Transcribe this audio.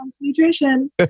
nutrition